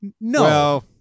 No